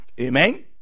amen